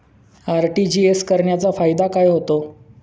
RTGS करण्याचा फायदा काय होतो?